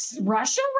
Russia